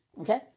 Okay